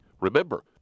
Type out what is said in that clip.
Remember